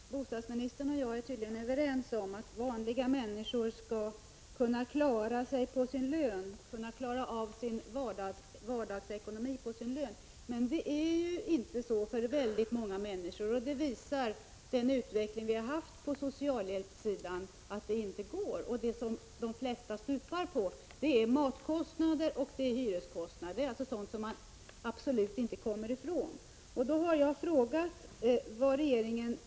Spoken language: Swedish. Herr talman! Bostadsministern och jag är tydligen överens om att vanliga människor skall kunna klara av sin vardagsekonomi på sin lön. Men det är ju inte så för väldigt många människor. Den utveckling som vi har haft på socialhjälpssidan visar att det inte går, och det som de flesta stupar på är matkostnader och hyreskostnader, alltså sådana utgifter som man absolut inte kan komma ifrån.